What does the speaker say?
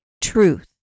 Truth